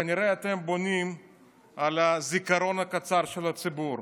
כנראה אתם בונים על הזיכרון הקצר של הציבור.